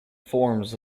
forms